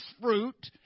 fruit